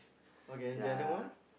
okay the other one